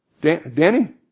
Danny